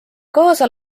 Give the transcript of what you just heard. kaasa